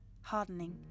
hardening